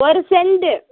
ஒரு செண்டு